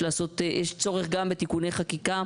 יש גם צורך בתיקוני חקיקה,